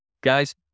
guys